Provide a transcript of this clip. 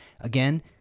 Again